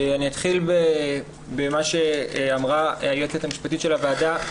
אני אתחיל במה שאמרה היועצת המשפטית של הוועדה.